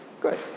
Good